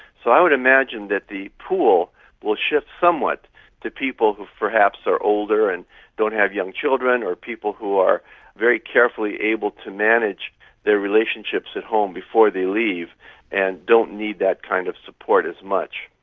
so i would imagine that the pool will shift somewhat to people who perhaps are older and don't have young children, or people who are very carefully able to manage their relationships at home before they leave and don't need that kind of support as much.